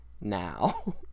now